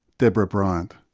deborah bryant.